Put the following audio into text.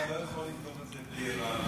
אתה לא יכול לפתור את זה בלי רמ"י.